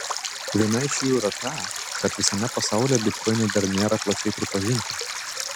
viena iš jų yra ta kad visame pasaulyje bitkoinai dar nėra plačiai pripažinti